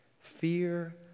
fear